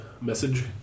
message